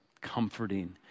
comforting